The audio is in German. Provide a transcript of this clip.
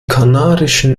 kanarischen